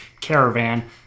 caravan